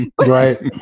Right